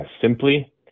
simply